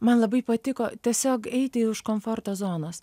man labai patiko tiesiog eiti iš komforto zonos